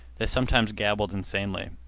they sometimes gabbled insanely.